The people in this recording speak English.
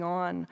on